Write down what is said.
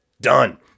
done